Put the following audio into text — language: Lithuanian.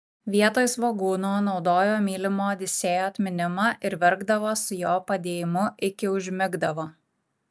vietoj svogūno naudojo mylimo odisėjo atminimą ir verkdavo su jo padėjimu iki užmigdavo